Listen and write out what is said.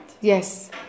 Yes